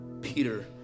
Peter